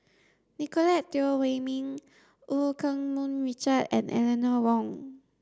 Nicolette Teo Wei min Eu Keng Mun Richard and Eleanor Wong